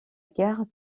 gare